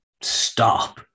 stop